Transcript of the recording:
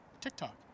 TikTok